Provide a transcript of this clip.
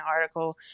article